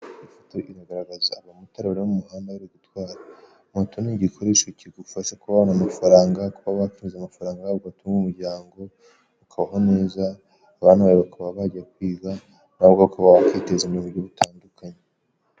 Iyi ifoto igaragaza umumotari uri muhanda uri gutwara. Moto ni igikoresho kigufasha kubona amafaranga, kuba watunga amafaranga, ugatunga umuryango, ukabaho neza, abana bawe bakaba bajya kwiga, nawe ukaba wakiteza imbere mu buryo butandukanye.